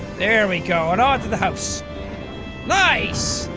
there we go. and on to the house like